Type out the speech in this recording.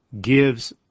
gives